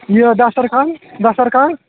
یہِ دَستَرخان دَستَرخان